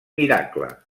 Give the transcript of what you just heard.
miracle